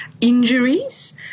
injuries